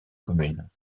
commune